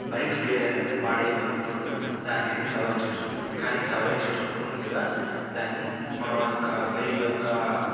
bike gear అనేది పాడైపోయినప్పుడు దానిని సవరించచ్చు కానీ సవరించేటప్పుడు ముందుగా దాన్ని మనం యొక్క బైక్ యొక్క